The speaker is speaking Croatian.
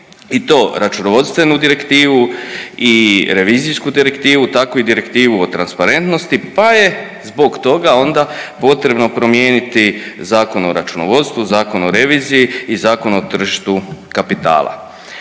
i to računovodstvenu direktivu i revizijsku direktivu tako i direktivu o transparentnosti, pa je zbog toga onda potrebno promijeniti Zakon o računovodstvu, Zakon o reviziji i Zakon o tržištu kapitala.